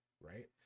right